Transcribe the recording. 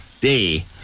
day